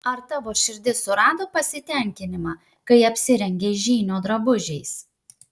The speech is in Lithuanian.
ar tavo širdis surado pasitenkinimą kai apsirengei žynio drabužiais